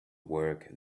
work